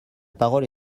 parole